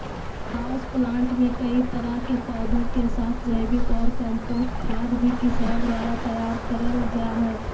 house plant मे कई तरह के पौधा के साथ जैविक ऑर कम्पोस्ट खाद भी किसान द्वारा तैयार करल जा हई